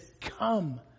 come